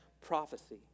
prophecy